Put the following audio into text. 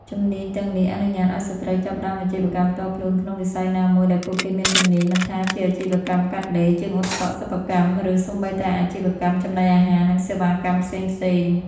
ជំនាញទាំងនេះអនុញ្ញាតឱ្យស្ត្រី ចាប់ផ្តើមអាជីវកម្មផ្ទាល់ខ្លួន ក្នុងវិស័យណាមួយដែលពួកគេមានជំនាញ មិនថាជាអាជីវកម្មកាត់ដេរ ជាងអ៊ុតសក់ សិប្បកម្ម ឬសូម្បីតែអាជីវកម្មចំណីអាហារ និងសេវាកម្មផ្សេងៗ។